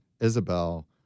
Isabel